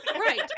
right